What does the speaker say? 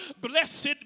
blessed